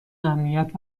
امنیت